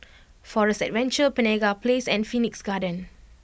Forest Adventure Penaga Place and Phoenix Garden